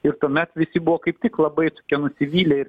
ir tuomet visi buvo kaip tik labai nusivylę ir